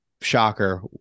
shocker